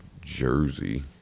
Jersey